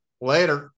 later